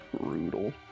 brutal